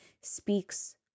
speaks